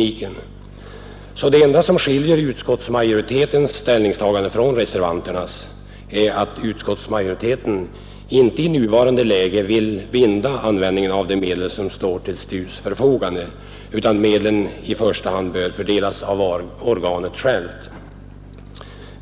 område. Det enda som skiljer utskottsmajoritetens ställningstagande från reservanternas är sålunda att utskottsmajoriteten inte i nuvarande läge vill binda användningen av de medel som står till STU:s förfogande, utan de bör i första hand fördelas av organet självt.